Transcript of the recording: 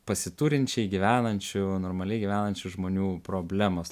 pasiturinčiai gyvenančių normaliai gyvenančių žmonių problemos